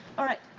all right.